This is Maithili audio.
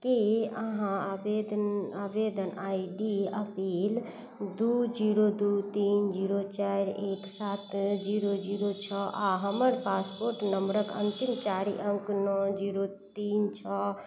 की अहाँ आवेदन आइ डी दू जीरो दू तीन जीरो चारि एक सात जीरो जीरो छओ आ हमर पासपोर्ट नम्बरक अन्तिम चारि अङ्क नओ जीरो तीन छओ